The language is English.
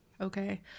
Okay